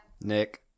Nick